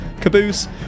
Caboose